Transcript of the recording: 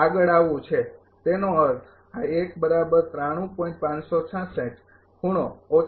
આગળ આવું છે તેનો અર્થ છે